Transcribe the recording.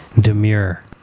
Demure